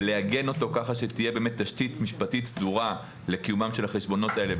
ולעגן אותו כדי שתהיה תשתית משפטית סדורה לקיומם של החשבונות האלה,